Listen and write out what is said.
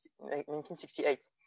1968